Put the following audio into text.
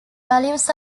values